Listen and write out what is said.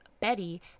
Betty